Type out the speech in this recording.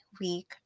week